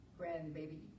grandbaby